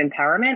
Empowerment